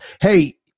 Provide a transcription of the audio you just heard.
Hey